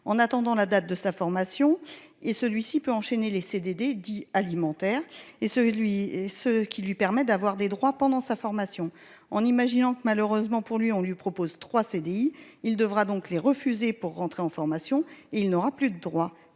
en attendant la date de sa formation et celui-ci peut enchaîner les CDD dits alimentaires et celui et ceux qui lui permet d'avoir des droits pendant sa formation en imaginant que malheureusement pour lui, on lui propose 3 CDI, il devra donc les refuser pour rentrer en formation, il n'aura plus le droit,